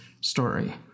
story